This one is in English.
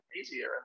easier